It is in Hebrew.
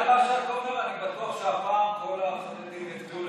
בגלל מה שאתה אומר אני בטוח שהפעם כל החרדים יצביעו למרצ.